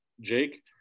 Jake